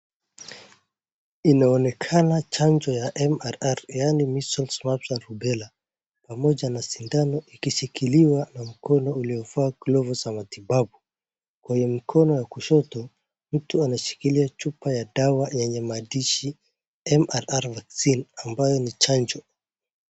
Inaonekana chanjo ya MRR yani measles, mumps and rubela pamoja na sindano ikishikiliwa na mkono uliovaa glovu za matibabu. Kwenye mkono wa kushoto mtu anashikilia chupa ya dawa yenye maandishi MRR vaccine ambayo ni chanjo.